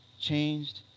changed